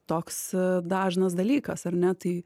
toks dažnas dalykas ar ne tai